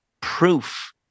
proof